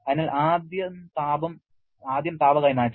അതിനാൽ ആദ്യം താപ കൈമാറ്റം